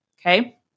Okay